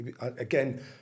again